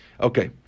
okay